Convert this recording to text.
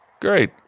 Great